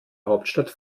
hauptstadt